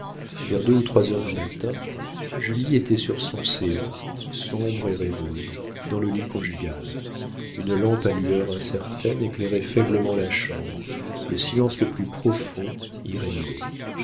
vers deux ou trois heures du matin julie était sur son séant sombre et rêveuse dans le lit conjugal une lampe à lueur incertaine éclairait faiblement la chambre le silence le plus profond